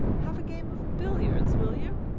have a game of billiards, will you?